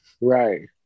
Right